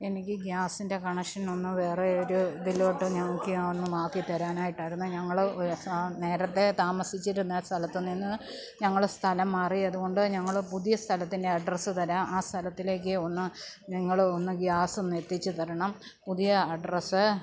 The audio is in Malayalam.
എനിക്ക് ഗ്യാസിൻ്റെ കണക്ഷൻ ഒന്ന് വേറെ ഒരു ഇതിലോട്ട് നോക്കിയൊന്ന് ആക്കി തരാനായിട്ടാരുന്നേ ഞങ്ങൾ സ നേരത്തെ താമസിച്ചിരുന്ന സ്ഥലത്ത് നിന്ന് ഞങ്ങൾ സ്ഥലം മാറി അതുകൊണ്ട് ഞങ്ങൾ പുതിയ സ്ഥലത്തിൻ്റെ അഡ്രസ്സ് തരാം ആ സ്ഥലത്തേക്ക് ഒന്ന് നിങ്ങൾ ഒന്ന് ഗ്യാസ് ഒന്ന് എത്തിച്ച് തരണം പുതിയ അഡ്രസ്സ്